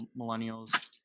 millennials